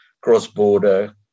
cross-border